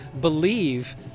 believe